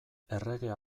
erregea